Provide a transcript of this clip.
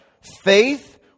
Faith